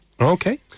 Okay